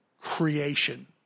creation